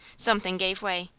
something gave way.